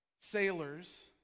sailors